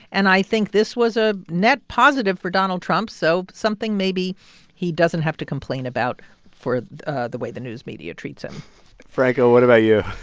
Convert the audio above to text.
and i think this was a net positive for donald trump. so something maybe he doesn't have to complain about for ah the way the news media treats him franco, what about you?